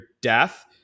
death